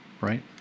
right